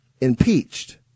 impeached